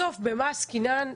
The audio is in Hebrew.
בסוף במה עסקינן?